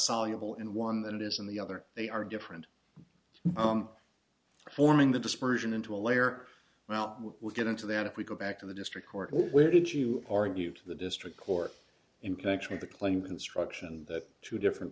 soluble in one than it is in the other they are different forming the dispersion into a layer well we'll get into that if we go back to the district court where it you argued to the district court in connection with the claim instruction that two different